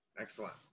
Excellent